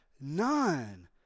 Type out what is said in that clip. none